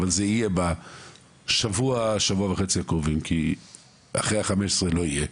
אבל זה יהיה בשבוע או שבוע וחצי הקרובים כי אחרי ה-15 לחודש לא יהיה,